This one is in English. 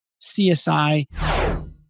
CSI